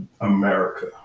America